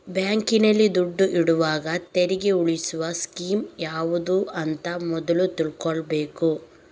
ಬ್ಯಾಂಕಿನಲ್ಲಿ ದುಡ್ಡು ಇಡುವಾಗ ತೆರಿಗೆ ಉಳಿಸುವ ಸ್ಕೀಮ್ ಯಾವ್ದು ಅಂತ ಮೊದ್ಲು ತಿಳ್ಕೊಬೇಕು